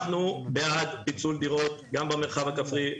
אנחנו בעד פיצול דירות גם במרחב הכפרי,